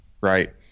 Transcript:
Right